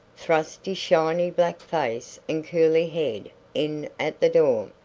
thrust his shiny black face and curly head in at the door.